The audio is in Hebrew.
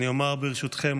ו' בטבת התשפ"ד (18 בדצמבר 2023)